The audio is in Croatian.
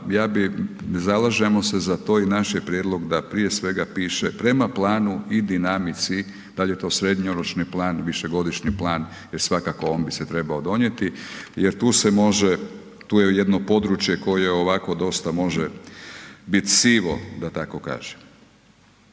ja bi, zalažemo se za to i naš je prijedlog da prije svega piše, prema planu i dinamici, da li je to srednjoročni plan, višegodišnji plan, jer svakako on bi se trebao donijeti jer tu se može, tu je jedno područje koje ovako dosta može biti sivo da tako kažem.